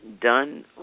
done